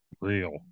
real